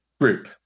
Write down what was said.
group